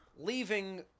leaving –